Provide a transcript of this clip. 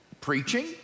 preaching